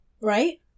Right